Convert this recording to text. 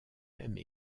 même